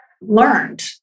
learned